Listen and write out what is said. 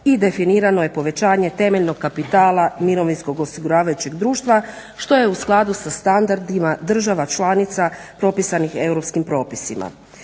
i definirano je povećanje temeljnog kapitala mirovinskog osiguravajućeg društva što je u skladu sa standardima država članica propisanih europskim propisima.